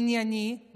ענייני,